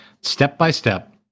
step-by-step